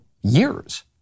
years